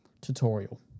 tutorial